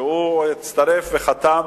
שהצטרף וחתם.